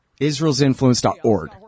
israel'sinfluence.org